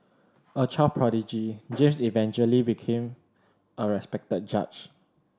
a child prodigy James eventually became a respected judge